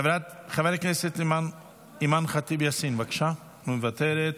חברת הכנסת אימאן ח'טיב יאסין, מוותרת,